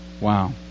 Wow